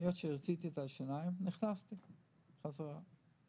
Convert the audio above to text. היות ורציתי שיהיו טיפולי שיניים נכנסתי שוב לחדר הישיבות.